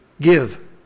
give